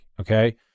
Okay